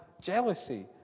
jealousy